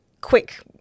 quick